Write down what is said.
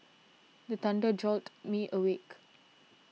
the thunder jolt me awake